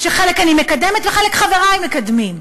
שחלק אני מקדמת וחלק חברי מקדמים,